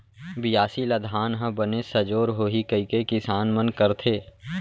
बियासी ल धान ह बने सजोर होही कइके किसान मन करथे